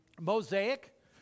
Mosaic